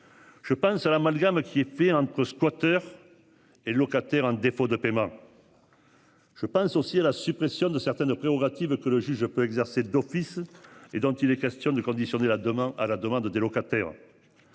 Je pense à l'amalgame qui est fait entre squatteurs. Et locataires locataire un défaut de paiement. Je pense aussi à la suppression de certaines prérogatives que le juge. Peut exercer d'office et dont il est question de conditionner la demain à la demande des locataires.